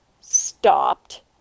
stopped